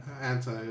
anti